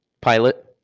pilot